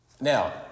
Now